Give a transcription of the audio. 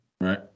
Right